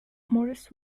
maurice